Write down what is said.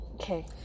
Okay